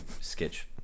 sketch